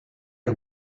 and